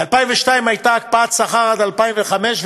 ב-2002 הייתה הקפאת שכר עד 2005,